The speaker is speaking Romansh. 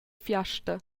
fiasta